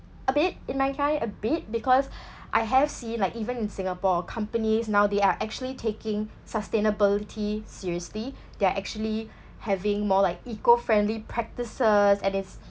a bit in my kind a bit because I have seen like even in Singapore companies now they are actually taking sustainability seriously they're actually having more like eco friendly practices and is